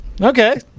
Okay